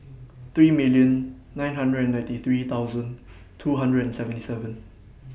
three million nine hundred and ninety three thousand two hundred and seventy seven